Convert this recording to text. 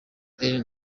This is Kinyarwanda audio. ellen